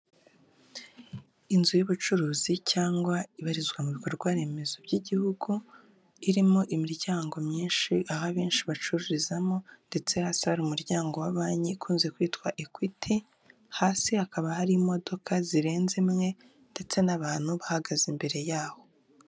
Inzu y'ubucuruzi cyangwa ibarizwa mu bikorwa remezo by'igihugu irimo imiryango myinshi aho abenshi bacururizamo ndetse hasa hari umuryango wa banki ukunze kwitwa ekwiti, hasi hakaba hari imodoka zirenze imwe ndetse n'abantu bahagaze imbere yaho.